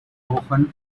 often